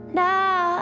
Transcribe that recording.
now